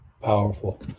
powerful